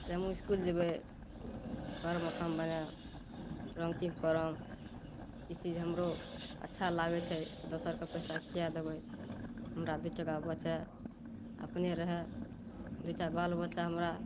से हमहुँ इसकुल जेबै घरमे काम बढ़ा करम ई चीज हमरो अच्छा लागै छै दोसर के पैसा किए लेबै हमरा दू टका बचै अपने रहए दू टका बालबच्चा हमरा